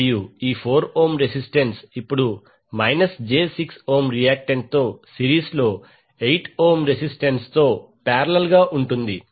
మరియు ఈ 4 ohm resistance ఇప్పుడు మైనస్ j 6 ఓం రియాక్టెంట్తో సిరీస్లో 8 ఓం రెసిస్టెన్స్ తో పారేలల్ గా ఉంటుంది